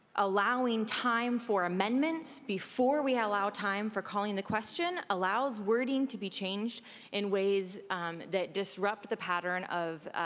allowing time for amendments before we allow time for calling the question allows wording to be changed in ways that disrupt the pattern of